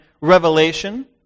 Revelation